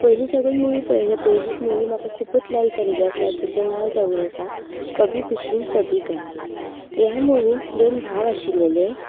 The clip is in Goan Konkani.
पयलीं साकून मुवी पळयले पयलीच मुवी म्हाका खूबच लायक जाल्ली आसा तिचें नांव जावन आसा कबी खुशी कबी गम ह्या मुवीन दोन भाव आशिल्ले